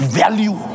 value